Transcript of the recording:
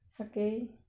okay